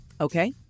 Okay